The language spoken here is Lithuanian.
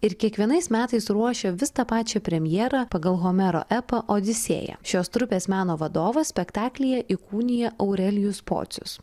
ir kiekvienais metais ruošia vis tą pačią premjera pagal homero epą odisėja šios trupės meno vadovas spektaklyje įkūnija aurelijus pocius